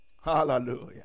Hallelujah